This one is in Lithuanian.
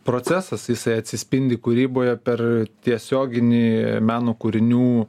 procesas jisai atsispindi kūryboje per tiesioginį meno kūrinių